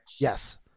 Yes